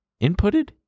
Inputted